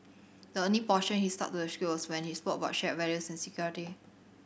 the only portion he stuck to the script was when he spoke about shared values and security